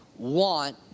want